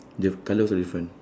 the colours are different